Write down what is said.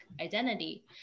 identity